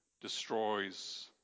destroys